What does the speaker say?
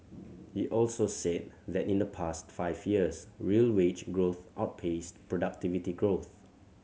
he also said that in the past five years real wage growth outpaced productivity growth